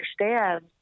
understand